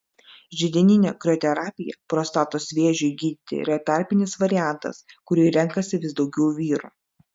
židininė krioterapija prostatos vėžiui gydyti yra tarpinis variantas kurį renkasi vis daugiau vyrų